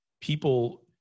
People